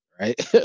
right